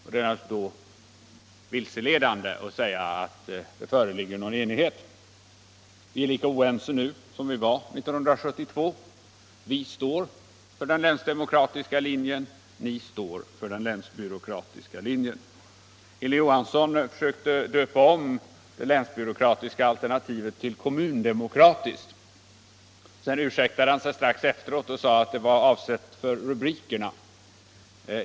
Det är då vilseledande att säga att det föreligger enighet. Oenigheten är lika stor nu som 1972. Vi står på den länsdemokratiska linjen, ni står för den länsbyråkratiska linjen. Herr Hilding Johansson försökte döpa om det länsdemokratiska alternativet till kommundemokratiskt. Sedan ursäktade han sig och sade att det var avsett för rubrikerna.